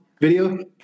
video